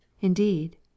Indeed